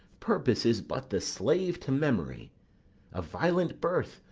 purpose is but the slave to memory of violent birth,